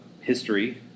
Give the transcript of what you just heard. history